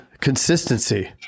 consistency